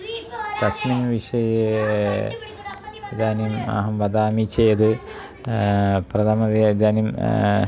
तस्मिन् विषये इदानीम् अहं वदामि चेत् प्रथमतया इदानीं